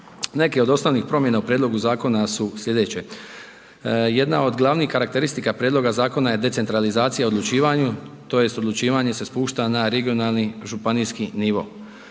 Neke od osnovnih promjena u prijedlogu zakona su slijedeće. Jedna od glavnih karakteristika prijedloga zakona je decentralizacija u odlučivanju tj. odlučivanje se spušta na regionalni županijski nivo.